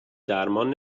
درمان